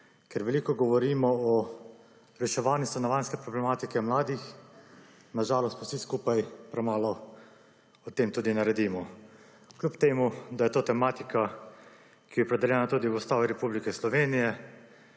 ker veliko govorimo o reševanju stanovanjske problematike mladih, na žalost pa vsi skupaj premalo o tem tudi naredimo, kljub temu, da je to tematika, ki je opredeljena tudi v Ustavi Republike Slovenije,